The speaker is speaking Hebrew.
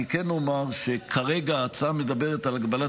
אני כן אומר שכרגע ההצעה מדברת על הגבלת